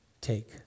take